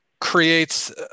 creates